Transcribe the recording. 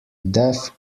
deaf